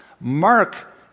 Mark